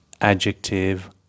adjective